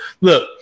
Look